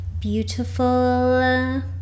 beautiful